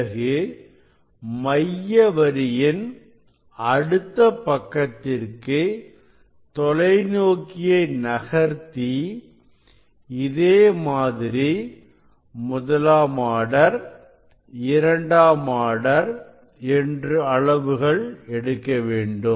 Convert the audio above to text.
பிறகு மைய வரியின் அடுத்த பக்கத்திற்கு தொலைநோக்கியை நகர்த்தி இதே மாதிரி முதலாம் ஆர்டர் இரண்டாம் ஆர்டர் என்று அளவுகள் எடுக்க வேண்டும்